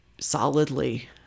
Solidly